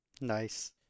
Nice